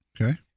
Okay